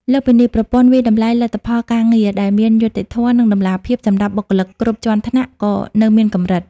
លើសពីនេះ ប្រព័ន្ធវាយតម្លៃលទ្ធផលការងារ ដែលមានយុត្តិធម៌ និងតម្លាភាព សម្រាប់បុគ្គលិកគ្រប់ជាន់ថ្នាក់ក៏នៅមានកម្រិត។